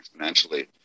exponentially